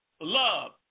love